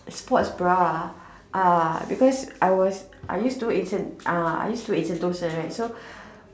sports bra ah uh because I was I used to work uh I used to work in Sentosa right so